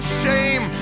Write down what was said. shame